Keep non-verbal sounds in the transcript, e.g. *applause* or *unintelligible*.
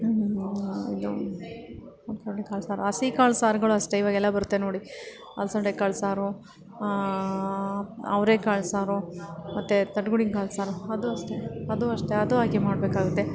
ಇದು *unintelligible* ಹಸಿ ಕಾಳು ಸಾರುಗಳು ಅಷ್ಟೇ ಈವಾಗೆಲ್ಲ ಬರುತ್ತೆ ನೋಡಿ ಅಲ್ಸಂದೆಕಾಳು ಸಾರು ಅವರೇಕಾಳು ಸಾರು ಮತ್ತು *unintelligible* ಕಾಳು ಸಾರು ಅದು ಅಷ್ಟೇ ಅದು ಅಷ್ಟೇ ಅದು ಹಾಕಿ ಮಾಡಬೇಕಾಗುತ್ತೆ